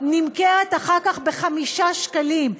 נמכר אחר כך ב-5 שקלים.